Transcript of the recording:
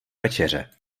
večeře